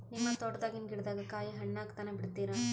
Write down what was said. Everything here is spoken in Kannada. ನಿಮ್ಮ ತೋಟದಾಗಿನ್ ಗಿಡದಾಗ ಕಾಯಿ ಹಣ್ಣಾಗ ತನಾ ಬಿಡತೀರ?